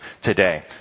today